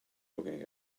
looking